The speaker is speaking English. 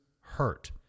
hurt